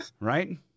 Right